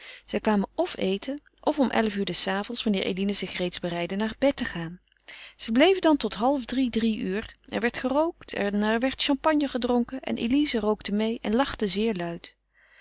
zij kwamen f eten f om elf uur des avonds wanneer eline zich reeds bereidde naar bed te gaan zij bleven dan tot half drie drie uur er werd gerookt en er werd champagne gedronken en elize rookte meê en lachte zeer luid